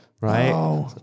right